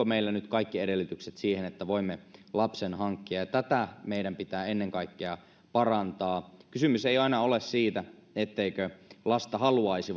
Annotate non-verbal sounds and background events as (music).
(unintelligible) meillä nyt kaikki edellytykset siihen että voimme lapsen hankkia tätä meidän pitää ennen kaikkea parantaa kysymys ei aina ole siitä etteikö lasta haluaisi (unintelligible)